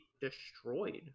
destroyed